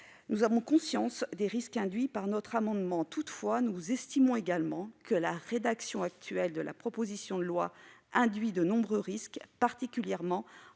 Nous avons conscience des risques induits par cet amendement. Toutefois, nous estimons que la rédaction actuelle de la proposition de loi comporte de nombreux risques, particulièrement en